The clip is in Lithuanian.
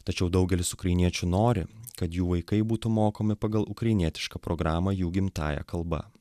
tačiau daugelis ukrainiečių nori kad jų vaikai būtų mokomi pagal ukrainietišką programą jų gimtąja kalba